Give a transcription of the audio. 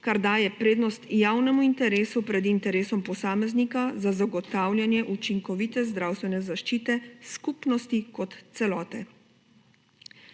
kar daje prednost javnemu interesu pred interesom posameznika za zagotavljanje učinkovite zdravstvene zaščite skupnosti kot celote.